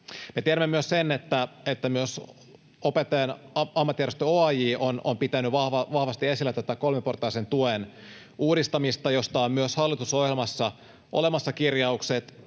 Me tiedämme myös sen, että myös Opettajien Ammattijärjestö OAJ on pitänyt vahvasti esillä tätä kolmiportaisen tuen uudistamista, josta on myös hallitusohjelmassa olemassa kirjaukset,